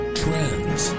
trends